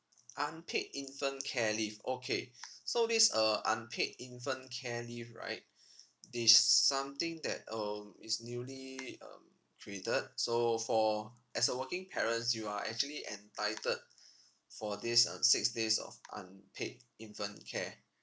unpaid infant care leave okay so this uh unpaid infant care leave right it's something that um is newly um created so for as a working parents you are actually entitled for this um six days of unpaid infant care